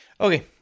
Okay